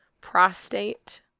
prostate